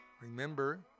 Remember